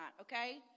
okay